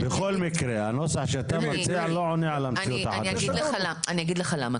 אני אגיד לך למה.